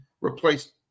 replace –